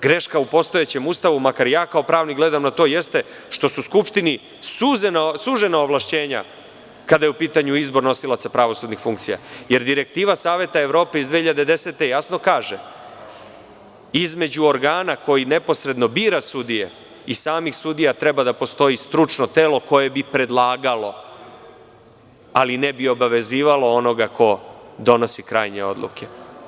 Greška u postojećem Ustavu, makar ja kao pravnik gledam na to, jeste što su Skupštini sužena ovlašćenja, kada je u pitanju izbor nosilaca pravosudnih funkcija, jer direktiva SE iz 2010. godine jasno kaže – između organa koji neposredno bira sudije i samih sudija treba da postoji stručno telo koje bi predlagalo, ali ne bi obavezivalo onoga ko donosi krajnje odluke.